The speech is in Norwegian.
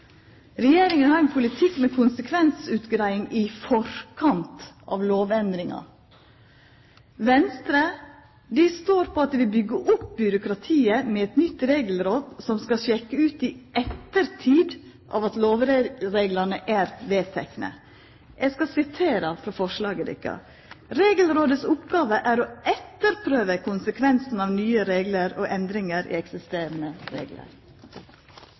Regjeringa har ein politikk med konsekvensutgreiing i forkant av lovendringar. Venstre står på at dei vil byggja opp byråkratiet med eit nytt regelråd, som skal sjekka ut lovreglane etter at dei er vedtekne. Eg skal sitera frå forslaget: «Regelrådets oppgave er å etterprøve konsekvenser av nye regler og endringer i eksisterende regler.»